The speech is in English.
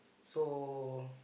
so